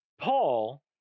Paul